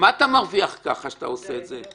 מה אתה מרוויח כשאתה עושה את זה?